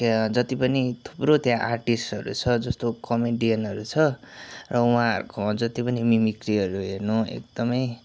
जति पनि थुप्रो त्यहाँ आर्टिस्टहरू छ जस्तो कमेडियनहरू छ र उहाँहरूकोमा जति पनि मिमिक्रीहरू हेर्नु एकदमै